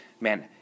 man